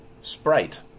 sprite